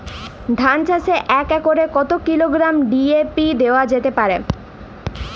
ধান চাষে এক একরে কত কিলোগ্রাম ডি.এ.পি দেওয়া যেতে পারে?